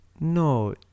no